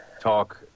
talk